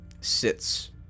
sits